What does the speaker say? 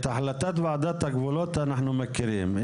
את החלטת ועדת הגבולות אנחנו מכירים.